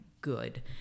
good